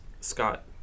Scott